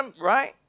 right